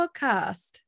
Podcast